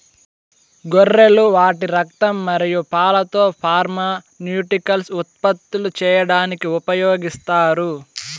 గొర్రెలు వాటి రక్తం మరియు పాలతో ఫార్మాస్యూటికల్స్ ఉత్పత్తులు చేయడానికి ఉపయోగిస్తారు